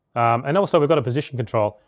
and also, we've got a position control.